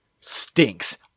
stinks